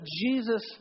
Jesus